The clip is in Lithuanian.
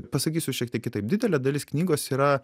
pasakysiu šiek tiek kitaip didelė dalis knygos yra